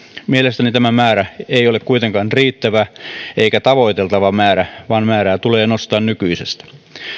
mielestäni tämä määrä ei ole kuitenkaan riittävä eikä tavoiteltava määrä vaan määrää tulee nostaa nykyisestä